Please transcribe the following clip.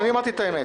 אני אמרתי את האמת.